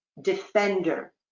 defender